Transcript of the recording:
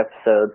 episode